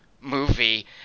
movie